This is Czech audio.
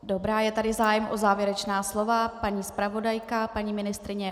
Dobrá, je tady zájem o závěrečná slova paní zpravodajka, paní ministryně.